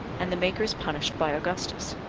and the makers punished by augustus.